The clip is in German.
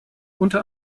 unter